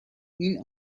این